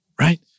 right